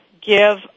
give